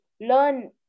learn